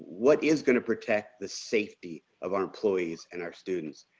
what is going to protect the safety of our employees and our students.